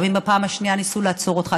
גם אם בפעם השנייה ניסו לעצור אותך,